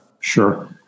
Sure